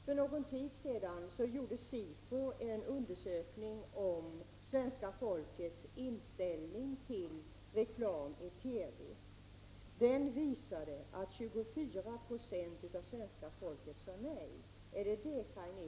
För någon tid sedan gjorde SIFO en undersökning om svenska folkets inställning till reklam i TV. Den visade att 24 70 av svenska folket sade nej till reklam i TV.